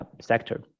sector